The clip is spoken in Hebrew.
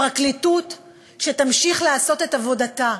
פרקליטות שתמשיך לעשות את עבודתה.